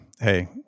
hey